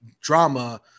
drama